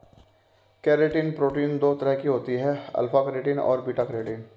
keratin protein दो तरह की होती है अल्फ़ा केरेटिन और बीटा केरेटिन